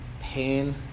pain